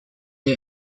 the